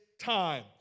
time